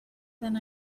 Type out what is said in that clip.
then